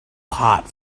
hot